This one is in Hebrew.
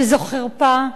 שזו חרפה.